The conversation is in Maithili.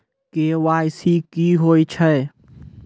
के.वाई.सी की होय छै?